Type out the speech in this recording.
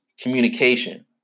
communication